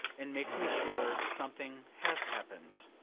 and makes me sure something has happened.